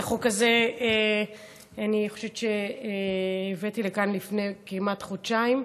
את החוק הזה אני חושבת שהבאתי לכאן לפני כמעט חודשיים.